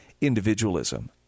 individualism